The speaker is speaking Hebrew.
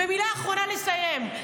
ומילה אחרונה לסיום.